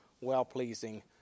well-pleasing